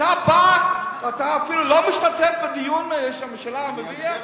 אתה בא, ואתה אפילו לא משתתף בדיון שהממשלה מביאה?